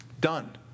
done